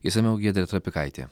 išsamiau giedrė trapikaitė